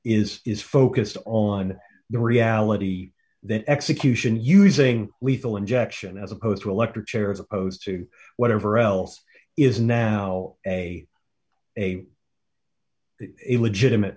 is is focused on the reality then execution using lethal injection as opposed to electric chair as opposed to whatever else is now a a legitimate